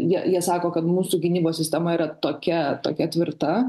jie jie sako kad mūsų gynybos sistema yra tokia tokia tvirta